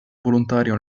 volontario